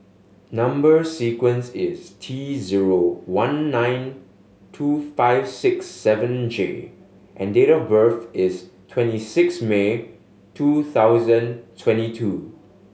number sequence is T zero one nine two five six seven J and date of birth is twenty six May two thousand twenty two